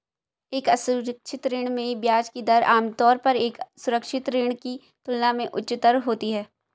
एक असुरक्षित ऋण में ब्याज की दर आमतौर पर एक सुरक्षित ऋण की तुलना में उच्चतर होती है?